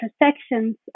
intersections